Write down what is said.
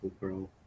bro